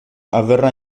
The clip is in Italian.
avverrà